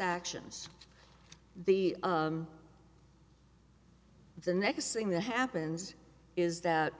actions the the next thing that happens is that